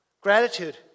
Gratitude